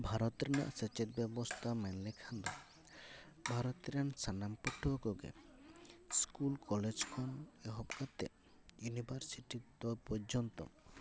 ᱵᱷᱟᱨᱚᱛ ᱨᱮᱱᱟᱜ ᱥᱮᱪᱮᱫ ᱵᱮᱵᱚᱥᱛᱟ ᱢᱮᱱ ᱞᱮᱠᱷᱟᱱ ᱫᱚ ᱵᱷᱟᱨᱚᱛ ᱨᱮᱱ ᱥᱟᱱᱟᱢ ᱯᱟᱹᱴᱷᱩᱣᱟᱹ ᱠᱚᱜᱮ ᱥᱠᱩᱞ ᱠᱚᱞᱮᱡᱽ ᱠᱷᱚᱱ ᱮᱦᱚᱵ ᱠᱟᱛᱮᱫ ᱤᱭᱩᱱᱤᱵᱷᱟᱨᱥᱤᱴᱤ ᱯᱚᱨᱡᱚᱱᱛᱳ